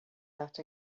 that